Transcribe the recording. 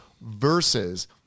versus